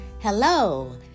Hello